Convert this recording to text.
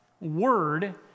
word